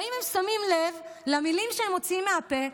ואם הם שמים לב למילים שהם מוציאים מהפה,